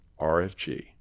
RFG